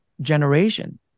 generation